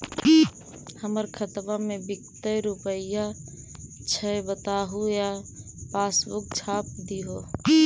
हमर खाता में विकतै रूपया छै बताबू या पासबुक छाप दियो?